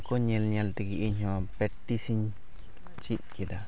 ᱩᱱᱠᱩ ᱧᱮᱞ ᱧᱮᱞ ᱛᱮᱜᱮ ᱤᱧᱦᱚᱸ ᱯᱮᱠᱴᱤᱥ ᱤᱧ ᱪᱮᱫ ᱠᱮᱫᱟ